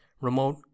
remote